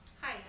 hi